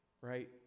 Right